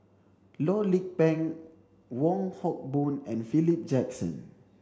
Loh Lik Peng Wong Hock Boon and Philip Jackson